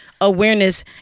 awareness